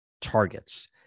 targets